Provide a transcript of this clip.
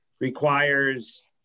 requires